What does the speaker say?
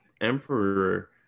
emperor